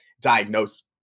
diagnose